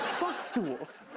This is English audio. fuck stools.